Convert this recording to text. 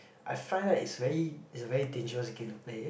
I find that it's very it's a very dangerous game to play